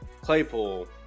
Claypool